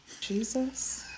jesus